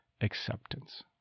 acceptance